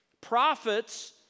Prophets